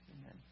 Amen